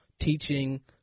teaching